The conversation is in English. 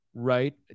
right